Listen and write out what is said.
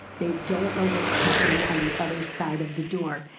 they don't know what's happening on the other side of the door.